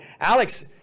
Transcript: Alex